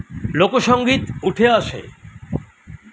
লোকসঙ্গীত উঠে আসে